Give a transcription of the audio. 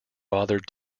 bothered